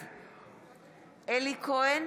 בעד אלי כהן,